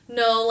no